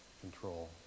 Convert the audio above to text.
control